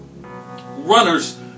Runners